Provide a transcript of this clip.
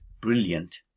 brilliant